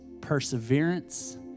perseverance